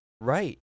Right